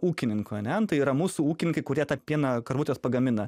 ūkininkų ane nu tai yra mūsų ūkininkai kurie tą pieną karvutės pagamina